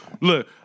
Look